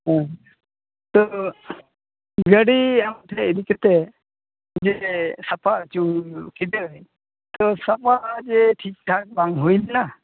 ᱦᱮᱸ ᱛᱳ ᱜᱟᱹᱰᱤ ᱟᱢ ᱴᱷᱮᱱ ᱤᱫᱤ ᱠᱟᱛᱮᱫ ᱡᱮ ᱥᱟᱯᱷᱟ ᱚᱪᱚ ᱠᱮᱫᱟᱹᱧ ᱛᱳ ᱥᱟᱯᱷᱟ ᱡᱮ ᱴᱷᱤᱠ ᱴᱷᱟᱠ ᱵᱟᱝ ᱦᱩᱭ ᱞᱮᱱᱟ